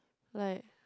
like